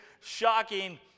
shocking